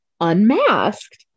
unmasked